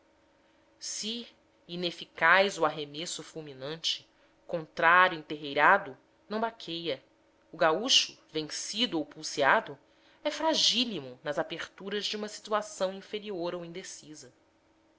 se ineficaz o arremesso fulminante o contrário enterreirado não baqueia o gaúcho vencido ou pulseado é fragílimo nas aperturas de uma situação inferior ou indecisa